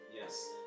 Yes